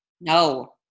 No